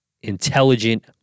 intelligent